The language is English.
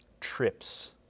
trips